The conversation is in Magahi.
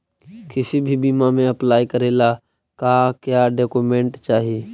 किसी भी बीमा में अप्लाई करे ला का क्या डॉक्यूमेंट चाही?